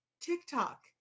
TikTok